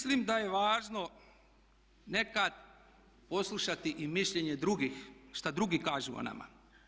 Mislim da je važno nekad poslušati i mišljenje drugih šta drugi kažu o nama.